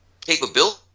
capability